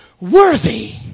worthy